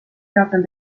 teatel